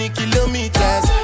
kilometers